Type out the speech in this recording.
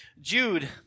Jude